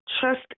trust